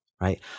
right